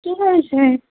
কি কৰিছে